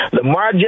Lamar